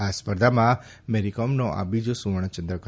આ સ્પર્ધામાં મેરીકોમનો આ બીજો સુવર્ણ ચંદ્રક હતો